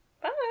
Bye